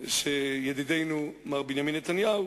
ידידנו מר בנימין נתניהו,